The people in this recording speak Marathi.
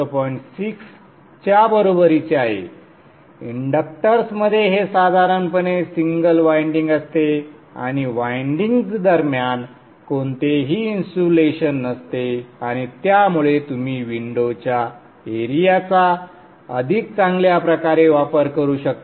6 च्या बरोबरीचे आहे इंडक्टर्समध्ये हे साधारणपणे सिंगल वायंडिंग असते आणि वायंडिंग्ज दरम्यान कोणतेही इन्सुलेशन नसते आणि त्यामुळे तुम्ही विंडो च्या एरियाचा अधिक चांगल्या प्रकारे वापर करू शकता